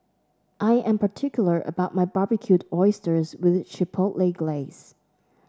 I am particular about my Barbecued Oysters with Chipotle Glaze